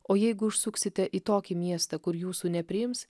o jeigu užsuksite į tokį miestą kur jūsų nepriims